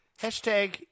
Hashtag